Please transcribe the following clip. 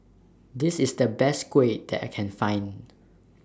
This IS The Best Kuih that I Can Find